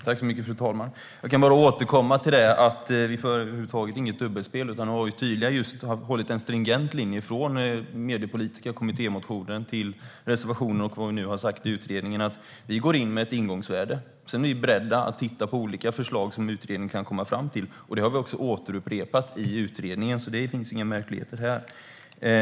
Fru talman! Jag kan bara återkomma till att vi inte för något dubbelspel utan att vi har hållit en stringent linje från den mediepolitiska kommittémotionen till reservationen och vad vi nu har sagt i utredningen, nämligen att vi går in med ett ingångsvärde och att vi sedan är beredda att titta på olika förslag som utredningen kan komma fram till. Det har vi också upprepat i utredningen, så det finns inga märkligheter här.